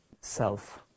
self